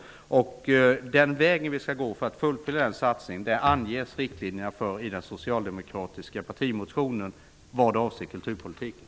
Riktlinjerna för hur vi skall fullfölja den satsningen anger vi i den socialdemokratiska partimotionen om kulturpolitiken.